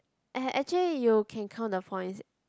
a~ actually you can count the points